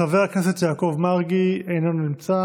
חבר הכנסת יעקב מרגי, אינו נוכח.